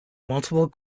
multiple